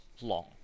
long